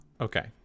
Okay